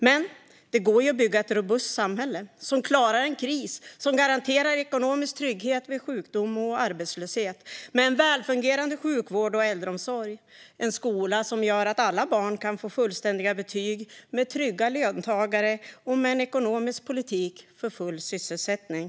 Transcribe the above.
Men det går att bygga ett robust samhälle som klarar en kris, som garanterar ekonomisk trygghet vid sjukdom och arbetslöshet, med en välfungerande sjukvård och äldreomsorg, en skola som gör att alla barn kan få fullständiga betyg, med trygga löntagare och en ekonomisk politik för full sysselsättning.